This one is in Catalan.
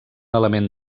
element